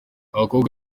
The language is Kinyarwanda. abakobwa